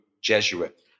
Jesuit